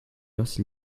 hausse